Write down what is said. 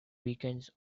weekends